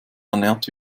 ernährt